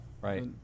Right